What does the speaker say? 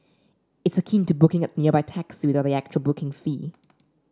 it's akin to booking a nearby taxi without the actual booking fee